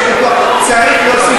אני בטוח שיקבלו.